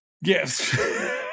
Yes